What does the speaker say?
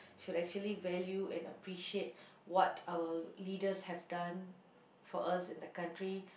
should actually value and appreciate what our leaders have done for us in the country